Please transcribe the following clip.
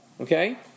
okay